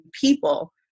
people